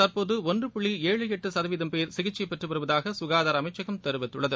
தற்போது ஒன்று புள்ளி ஏழு எட்டு சதவீதம் பேர் சிகிச்சை பெற்று வருவதாக சுகாதார அமைச்சகம் தெரிவித்துள்ளது